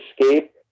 escape